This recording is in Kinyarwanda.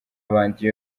bandi